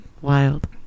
wild